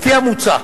לפי המוצע,